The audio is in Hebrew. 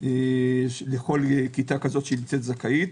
לכל כיתה כזו שנמצאת זכאית.